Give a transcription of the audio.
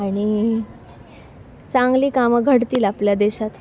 आणि चांगली कामं घडतील आपल्या देशात